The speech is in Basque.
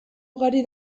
ugari